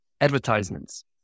advertisements